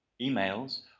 emails